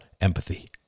empathy